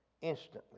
instantly